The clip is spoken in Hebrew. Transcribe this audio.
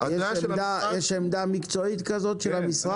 יש עמדה מקצועית כזאת של המשרד?